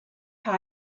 how